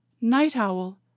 Night-owl